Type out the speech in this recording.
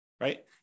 right